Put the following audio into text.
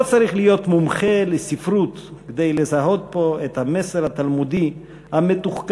לא צריך להיות מומחה לספרות כדי לזהות פה את המסר התלמודי המתוחכם,